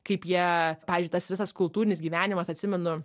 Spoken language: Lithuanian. kaip jie pavyzdžiui tas visas kultūrinis gyvenimas atsimenu